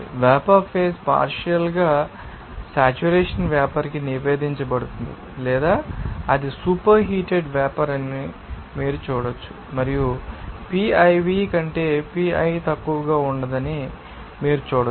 vapour phase పార్షియల్ంగా saturation vapour కి నివేదించబడుతుంది లేదా అది సూపర్ హీటెడ్ వేపర్ అని మీరు చూడవచ్చు మరియు piv కంటే pi తక్కువ ఉండదని మీరు చూడవచ్చు